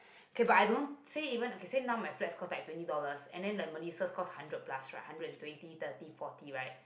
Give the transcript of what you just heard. K but I don't say even okay said now my flats cost like twenty dollars and then like Mellisa cost hundred plus right hundred twenty thirty forty right